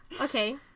Okay